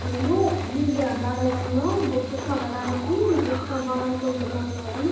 నేను మీ గ్రంథాలయంలో బుక్కు కొనడానికి రిజిస్టర్ అవ్వాలి అనుకుంటున్నాను మేడం